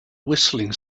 whistling